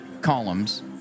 columns